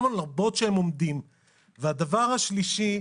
הדבר השלישי,